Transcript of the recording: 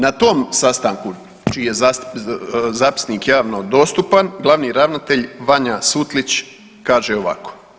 Na tom sastanku čiji je zapisnik javno dostupan glavni ravnatelj Vanja Sutlić kaže ovako.